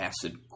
acid